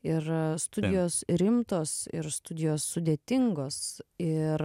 ir studijos rimtos ir studijos sudėtingos ir